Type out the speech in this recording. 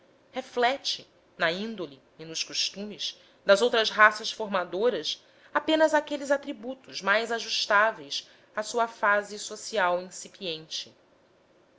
reflete na índole e nos costumes das outras raças formadoras apenas aqueles atributos mais ajustáveis à sua fase social incipiente